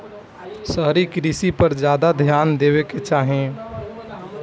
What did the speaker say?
शहरी कृषि पर ज्यादा ध्यान देवे के चाही